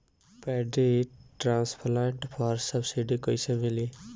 Paddy transplanter पर subsidy कैसे मिली?